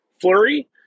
Flurry